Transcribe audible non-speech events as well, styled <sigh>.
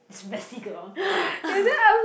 this messy girl <breath>